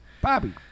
bobby